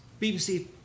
BBC